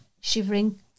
shivering